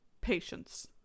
Patience